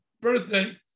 birthday